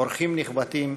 אורחים נכבדים,